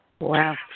Wow